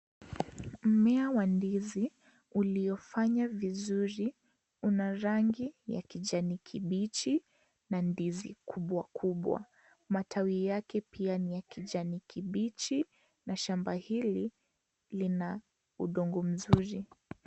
Mmea wa ndizi, uliofanya vizuri, una rangi ya kijani kibichi na ndizi kubwa kubwa. Matawi yake pia, ni ya kijani kibichi na shamba hili, lina udongo mzuri.